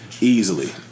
Easily